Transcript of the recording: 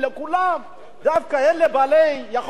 דווקא אלה שהם בעלי יכולת גם נהנים.